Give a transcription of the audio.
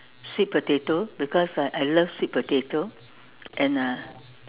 sweet potato because I love sweet potato and uh